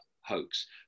hoax